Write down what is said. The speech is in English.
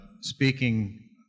speaking